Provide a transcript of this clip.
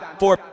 four